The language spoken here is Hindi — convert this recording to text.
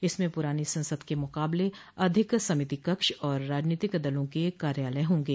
इसमें पुरानी संसद के मुकाबले अधिक समिति कक्ष और राजनीतिक दलों के कार्यालय होंगे